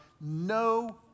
No